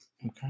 Okay